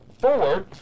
forward